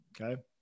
Okay